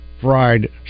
fried